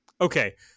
Okay